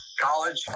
College